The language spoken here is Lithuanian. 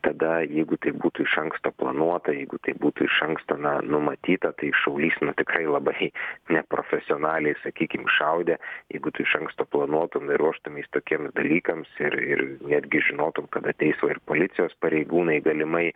tada jeigu tai būtų iš anksto planuota jeigu tai būtų iš anksto na numatyta tai šaulys tikrai labai neprofesionaliai sakykim šaudė jeigu tu iš anksto planuotum ir ruoštumeis tokiems dalykams ir ir netgi žinotum kada ateis va ir policijos pareigūnai galimai